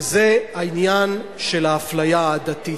וזה העניין של האפליה העדתית.